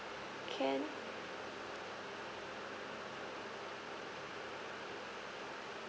can